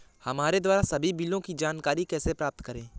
हमारे द्वारा सभी बिलों की जानकारी कैसे प्राप्त करें?